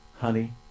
honey